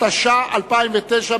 התש"ע 2009,